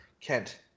Kent